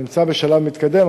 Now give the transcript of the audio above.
זה נמצא בשלב מתקדם.